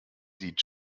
sieht